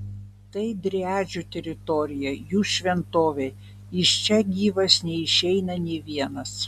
tai driadžių teritorija jų šventovė iš čia gyvas neišeina nė vienas